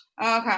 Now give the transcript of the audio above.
okay